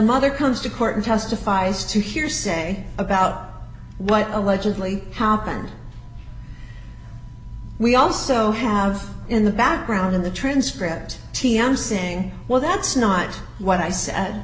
mother comes to court and testifies to hearsay about what allegedly happened we also have in the background in the transcript t m saying well that's not what i said